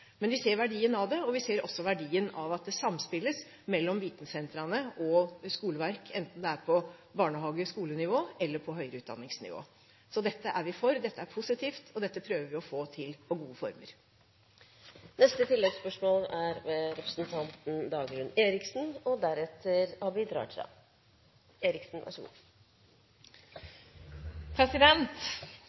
Men vi ser verdien av dette, og vi ser også verdien av at det samspilles mellom vitensentrene og skoleverket, enten det er på barnehage- og skolenivå eller på høyere utdanningsnivå. Dette er vi for, dette er positivt, og dette prøver vi å få til i gode former. Dagrun Eriksen – til oppfølgingsspørsmål. Undertegnede har registrert økningen, og